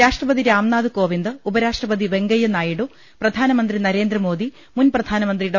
രാഷ്ട്രപതി രാംനാഥ് കോവിന്ദ് ഉപരാഷ്ട്രപതി വെങ്കയ്യനായിഡു പ്രധാനമന്ത്രി നരേ മുൻപ്രധാനമന്ത്രി ഡോ